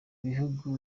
bihugu